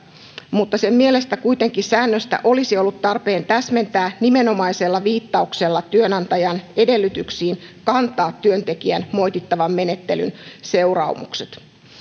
mutta sen mielestä säännöstä olisi kuitenkin ollut tarpeen täsmentää nimenomaisella viittauksella työnantajan edellytyksiin kantaa työntekijän moitittavan menettelyn seuraamukset